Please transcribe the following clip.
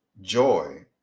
joy